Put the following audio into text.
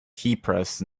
keypress